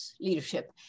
leadership